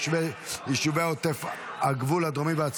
32 בעד, 50 נגד.